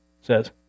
says